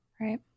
right